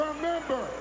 Remember